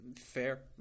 fair